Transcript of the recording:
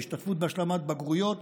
השתתפות בהשלמת בגרויות,